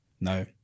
No